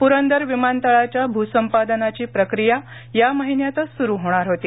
पुरंदर विमानतळाच्या भूसंपादनाची प्रक्रिया या महिन्यातच सुरु होणार होती